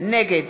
נגד